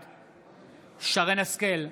בעד שרן מרים השכל,